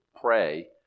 pray